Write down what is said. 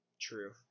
True